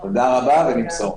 תודה רבה, ונמסור.